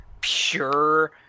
pure